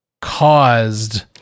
caused